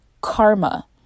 karma